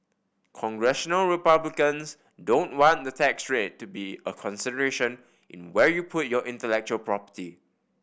Congressional Republicans don't want the tax rate to be a consideration in where you put your intellectual property